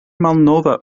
malnova